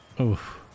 Oof